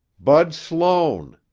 bud sloan.